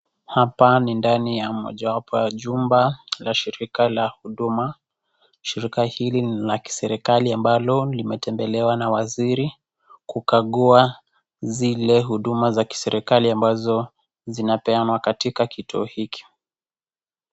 Hapa ni ndani ya mojawapo ya chumba za shirika la huduma, shirika hili na kisirikali ambalo ni limetembelewa na waziri kukagua zile huduma za kiserikali ambazo zinapeanwa katika kituo hiki.